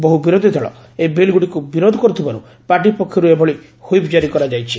ବହୁ ବିରୋଧୀ ଦଳ ଏହି ବିଲ୍ଗୁଡ଼ିକୁ ବିରୋଧ କରୁଥିବାରୁ ପାର୍ଟି ପକ୍ଷରୁ ଏଭଳି ହ୍ୱିପ୍ ଜାରି କରାଯାଇଛି